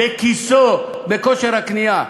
בכיסו בכושר הקנייה,